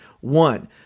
One